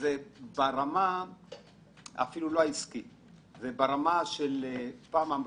זה אפילו לא ברמה עסקית, זה ברמה של נראות.